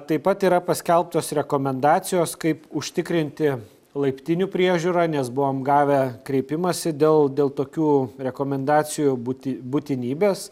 taip pat yra paskelbtos rekomendacijos kaip užtikrinti laiptinių priežiūra nes buvom gavę kreipimąsi dėl dėl tokių rekomendacijų būti būtinybės